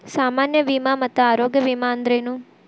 ಸಾಮಾನ್ಯ ವಿಮಾ ಮತ್ತ ಆರೋಗ್ಯ ವಿಮಾ ಅಂದ್ರೇನು?